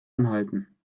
anhalten